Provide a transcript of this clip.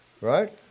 right